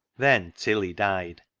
then tilly died,